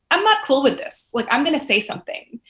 am not cool with this. like i am going to say something.